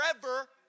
forever